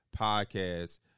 podcast